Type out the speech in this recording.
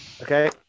Okay